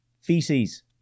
feces